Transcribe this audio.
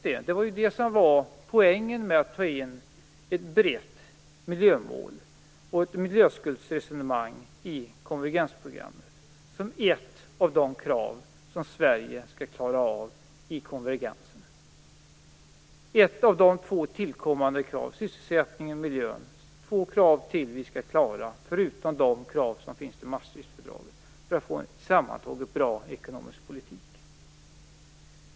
Det är ju det som är poängen med att ta in ett brett miljömål och ett miljöskuldsresonemang i konvergensprogrammet som ett av de konvergenskrav som Sverige skall klara av. Detta är ett av få tillkommande krav. Kraven på sysselsättningen och miljön är två krav till som vi utöver kraven i Maastrichtfördraget skall klara för att få en sammantaget bra ekonomisk politik.